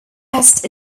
best